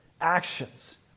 actions